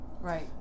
Right